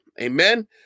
Amen